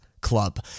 Club